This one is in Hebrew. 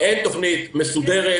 אין תוכנית מסודרת